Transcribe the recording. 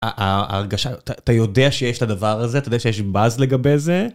ההרגשה, אתה יודע שיש את הדבר הזה? אתה יודע שיש באז לגבי זה...